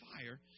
fire